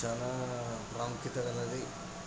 చాలా ప్రాముఖ్యత కలదు